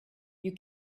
you